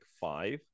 five